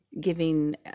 giving